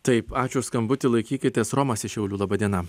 taip ačiū už skambutį laikykitės romas iš šiaulių laba diena